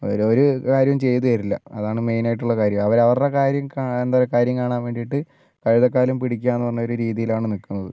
അവര് ഒരു കാര്യവും ചെയ്തു തരില്ല അതാണ് മെയിൻ ആയിട്ടുള്ള കാര്യം അവർ അവരുടെ കാര്യം എന്താ കാര്യം കാണാൻ വേണ്ടീട്ട് കഴുതക്കാലും പിടിക്കാം എന്ന ഒരു രീതിയിലാണ് നിക്കുന്നത്